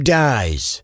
dies